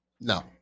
No